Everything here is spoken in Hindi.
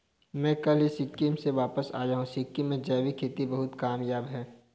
मैं कल ही सिक्किम से वापस आया हूं सिक्किम में जैविक खेती बहुत कामयाब है